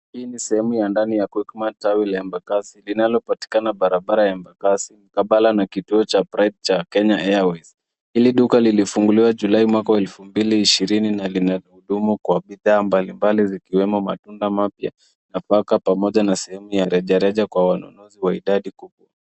Hii ni sehemu ya ndani ya Quickmart, tawi la Embakasi linalopatikana barabara ya Embakasi mkabala na kituo cha Pride cha Kenya Airways . Hili duka lilifunguliwa Julai mwaka wa elfu mbili ishirini na lina hudumu kwa bidhaa mbalimbali zikiwemo matunda mapya nafaka pamoja na sehemu ya rejareja kwa wanunuzi wa idadi kubwa.